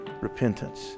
repentance